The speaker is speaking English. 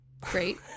Great